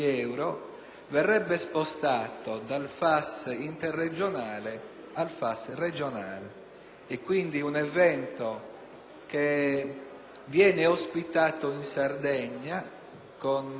Quindi, un evento che viene ospitato in Sardegna, con la soddisfazione di tutti, di fatto verrebbe a costare, in maniera